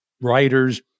writers